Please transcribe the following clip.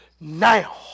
Now